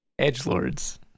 edgelords